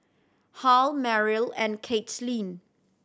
Hal Meryl and Kaitlyn